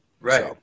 Right